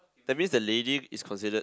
that means the lady is considered